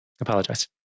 apologize